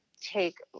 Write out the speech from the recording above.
take